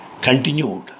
continued